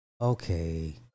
Okay